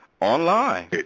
Online